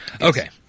Okay